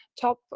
top